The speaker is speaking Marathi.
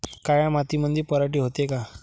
काळ्या मातीमंदी पराटी होते का?